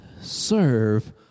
serve